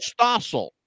Stossel